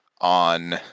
on